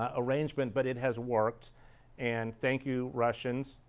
ah arrangement but it has worked and thank you russians,